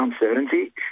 uncertainty